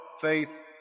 faith